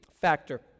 factor